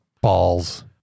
Balls